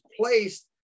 placed